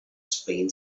spain